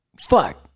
fuck